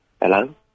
Hello